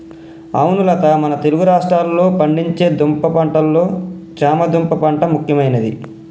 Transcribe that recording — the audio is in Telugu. అవును లత మన తెలుగు రాష్ట్రాల్లో పండించే దుంప పంటలలో చామ దుంప పంట ముఖ్యమైనది